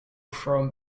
from